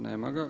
Nema ga.